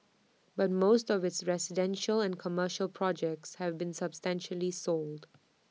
but most of its residential and commercial projects have been substantially sold